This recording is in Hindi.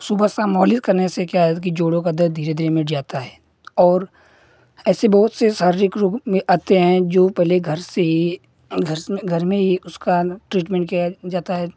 सुबह शाम मालिश करने से क्या है जोड़ों का दर्द धीरे धीरे मिट जाता है और ऐसे बहुत से शारीरिक रोग में आते हैं जो पहले घर से ही घर से घर में ही उसका ट्रीटमेन्ट किया जाता है